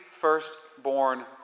firstborn